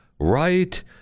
right